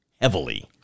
heavily